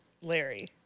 Larry